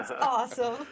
awesome